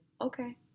Okay